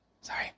Sorry